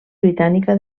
britànica